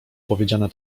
powiedziane